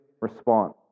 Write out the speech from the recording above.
response